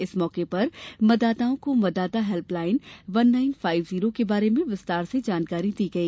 इस मौके पर मतदाताओं को मतदाता हेल्पलाइन एक नौ पांच शन्य के बारे में विस्तार से जानकारी दी गई